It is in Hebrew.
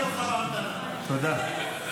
תודה.